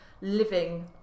living